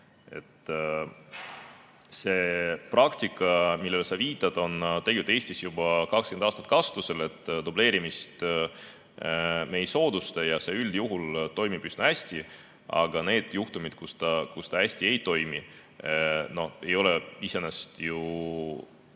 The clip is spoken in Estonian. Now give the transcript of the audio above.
See praktika, millele sa viitad, on tegelikult Eestis juba 20 aastat kasutusel, et dubleerimist me ei soodusta, ja see üldjuhul toimib üsna hästi. Aga need juhtumid, kui see hästi ei toimi, ei ole iseenesest ju